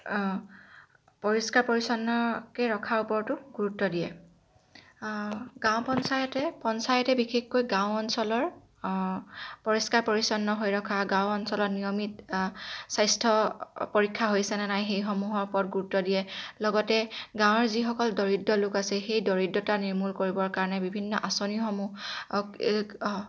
পৰিষ্কাৰ পৰিছন্নকৈ ৰখাৰ ওপৰতো গুৰুত্ব দিয়ে গাঁও পঞ্চায়তে পঞ্চায়তে বিশেষকৈ গাঁও অঞ্চলৰ পৰিষ্কাৰ পৰিছন্ন হৈ ৰখা গাঁও অঞ্চলত নিয়মিত স্বাস্থ্য পৰীক্ষা হৈছেনে নাই সেইসমূহৰ ওপৰত গুৰুত্ব দিয়ে লগতে গাঁৱৰ যিসকল দৰিদ্ৰ লোক আছে সেই দৰিদ্ৰতা নিৰ্মূল কৰিবৰ কাৰণে বিভিন্ন আঁচনিসমূহ